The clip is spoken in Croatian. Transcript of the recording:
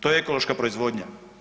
To je ekološka proizvodnja.